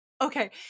okay